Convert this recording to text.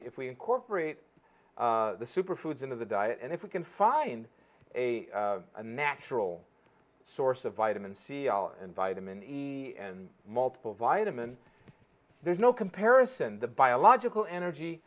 if we incorporate the super foods into the diet and if we can find a natural source of vitamin c and vitamin e and multiple vitamin there's no comparison the biological energy